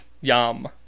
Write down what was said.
Yum